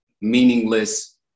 meaningless